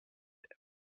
but